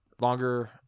Longer